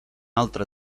altra